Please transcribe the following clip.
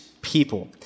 people